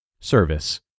Service